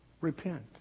Repent